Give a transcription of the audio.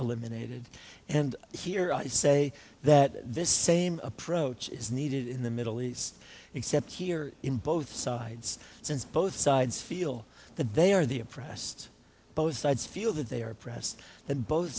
eliminated and here i say that this same approach is needed in the middle east except here in both sides since both sides feel that they are the oppressed both sides feel that they are oppressed that both